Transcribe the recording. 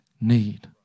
need